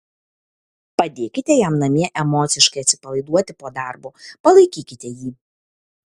padėkite jam namie emociškai atsipalaiduoti po darbo palaikykite jį